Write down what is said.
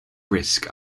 risk